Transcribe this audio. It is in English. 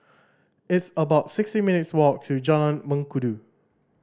it's about sixty minutes' walk to Jalan Mengkudu